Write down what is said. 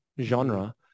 genre